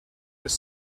les